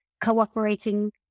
cooperating